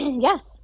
Yes